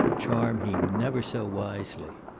charm he never so wisely.